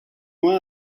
moi